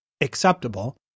acceptable